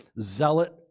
zealot